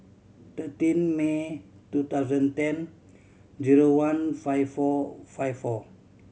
thirteen May two thousand ten zero one five four five four